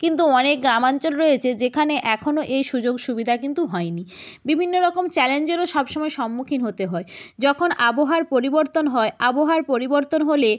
কিন্তু অনেক গ্রামাঞ্চল রয়েছে যেখানে এখনও এই সুযোগ সুবিধা কিন্তু হয় নি বিভিন্ন রকম চ্যালেঞ্জেরও সব সময় সম্মুখীন হতে হয় যখন আবহাওয়ার পরিবর্তন হয় আবহাওয়ার পরিবর্তন হলে